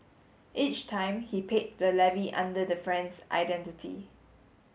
each time he paid the levy under the friend's identity